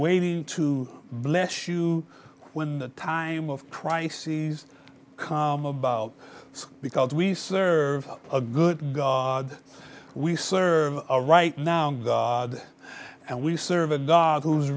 waiting to bless you when the time of crises come about because we serve a good god we serve right now and we serve a god who